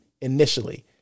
initially